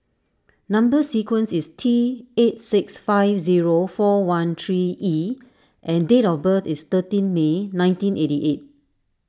Number Sequence is T eight six five zero four one three E and date of birth is thirteen May nineteen eighty eight